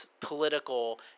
political